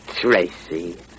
Tracy